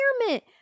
environment